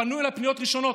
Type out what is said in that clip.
פנו אליי פניות ראשונות,